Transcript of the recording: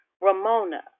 Ramona